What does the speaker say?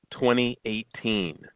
2018